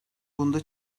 bunda